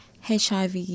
HIV